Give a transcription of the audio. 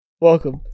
Welcome